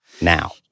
now